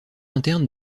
interne